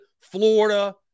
Florida